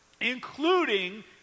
including